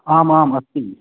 आम् आम् अस्ति